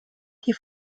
die